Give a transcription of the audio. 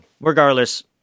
Regardless